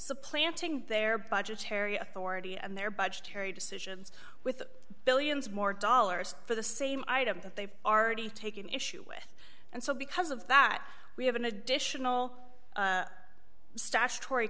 supplanting their budgetary authority and their budgetary decisions with billions more dollars for the same item that they've already taken issue with and so because of that we have an additional statutory